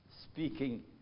speaking